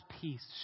peace